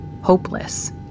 hopeless